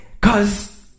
Cause